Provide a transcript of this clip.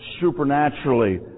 supernaturally